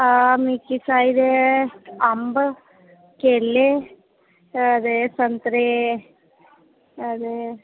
मिकी चाहिदे अम्ब केले आ ते संतरे आ ते